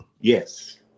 Yes